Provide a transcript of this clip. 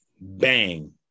Bang